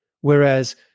Whereas